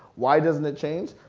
why doesn't it change?